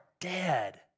dead